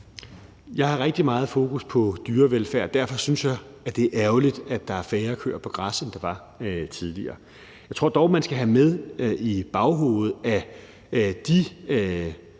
Jeg har rigtig meget fokus på dyrevelfærd, og derfor synes jeg, det er ærgerligt, at der er færre køer på græs, end der var tidligere. Jeg tror dog, man skal have med i baghovedet, at de